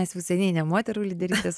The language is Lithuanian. mes jau seniai ne moterų lyderystės